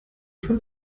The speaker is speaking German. fall